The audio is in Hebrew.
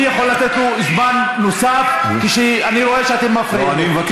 אני יכול לתת לו זמן נוסף כשאני רואה שאתם מפריעים לו.